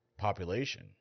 Population